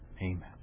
Amen